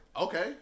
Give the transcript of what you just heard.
Okay